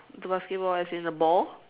the basketball as in the ball